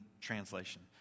Translation